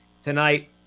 tonight